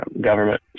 government